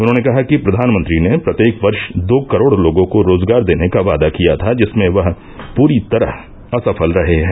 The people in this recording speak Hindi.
उन्होंने कहा कि प्रधानमंत्री ने प्रत्येक ्वर्श दो करोड़ लोगों को रोजगार देने का वादा किया था जिसमें वह पूरी तरह असफल रहे हैं